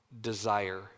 desire